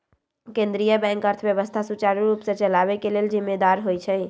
केंद्रीय बैंक अर्थव्यवस्था सुचारू रूप से चलाबे के लेल जिम्मेदार होइ छइ